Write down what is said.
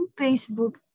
Facebook